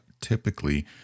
typically